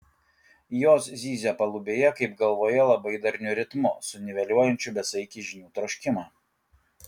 jos zyzia palubėje kaip galvoje labai darniu ritmu suniveliuojančiu besaikį žinių troškimą